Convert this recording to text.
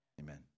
Amen